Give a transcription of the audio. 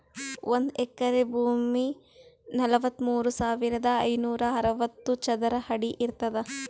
ಒಂದ್ ಎಕರಿ ಭೂಮಿ ನಲವತ್ಮೂರು ಸಾವಿರದ ಐನೂರ ಅರವತ್ತು ಚದರ ಅಡಿ ಇರ್ತದ